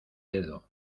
dedo